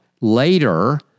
later